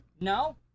No